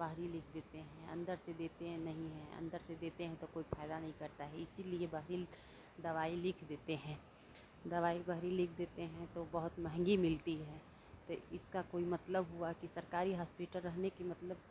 बाहरी लिख देते है अंदर से देते नहीं हैं अंदर से देते हैं तो कोई फायदा नहीं करता है इसीलिए बाहरी दवाई लिख देते हैं दवाई बाहरी लिख देते हैं तो बहुत महंगी मिलती है तो इसका कोई मतलब हुआ सरकारी हॉस्पिटल रहने के मतलब